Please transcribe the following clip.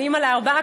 אני אימא לארבעה,